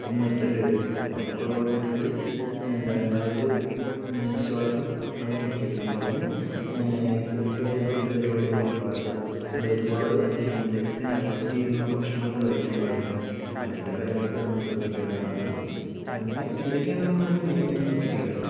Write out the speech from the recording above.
പിന്നെ നിർത്തേണ്ടി വരും അപ്പോൾ അതൊക്കെ ഒഴിവാക്കാനായിട്ട് എന്താ നല്ലൊരു ശ്വാസം നമ്മള് പിടിച്ചു വെക്കണം അപ്പോൾ അതിന് ഈ സിഗരറ്റ് വലി അങ്ങനത്തെ പരിപാടി ഒന്നും പാടില്ല പിന്നെ ഒരുപാട് ലെങ്സിനെ അഫക്റ്റ് ചെയ്യുന്ന ഭക്ഷണങ്ങൾ കഴിക്കാൻ പാടില്ല അങ്ങനത്തെ കാര്യങ്ങളൊക്കെ നമ്മൾ ശ്രദ്ധിക്കേണ്ടതാണ് അതിൽ അങ്ങനെ ഇതൊക്കെയാണ് നമ്മളതില് മെയിനായിട്ട് ശ്രദ്ധിക്കേണ്ടത്